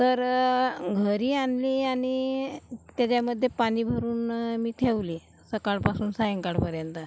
तर घरी आणली आणि त्याच्यामध्ये पाणी भरून मी ठेवली सकाळपासून सायंकाळपर्यंत